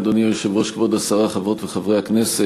אדוני היושב-ראש, כבוד השרה, חברות וחברי הכנסת,